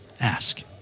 Ask